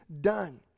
done